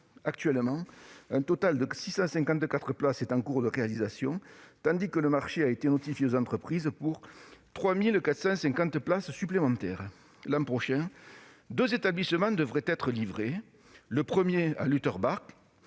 Actuellement, 654 places sont en cours de réalisation, et un marché a été notifié aux entreprises pour 3 450 places supplémentaires. L'an prochain, deux établissements devraient être livrés, à Lutterbach,